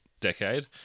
decade